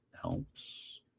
helps